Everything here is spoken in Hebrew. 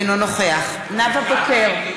אינו נוכח נאוה בוקר,